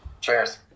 Cheers